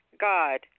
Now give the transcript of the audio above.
God